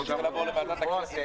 כדי שאפשר לבוא לוועדת הכנסת.